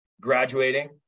graduating